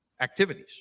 activities